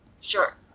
Sure